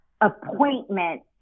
appointment